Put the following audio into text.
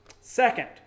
Second